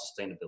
sustainability